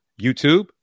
YouTube